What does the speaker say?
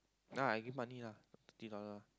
then I give money lah thirteen dollar